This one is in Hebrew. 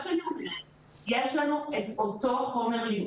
יש לנו את אותו חומר,